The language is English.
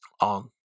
on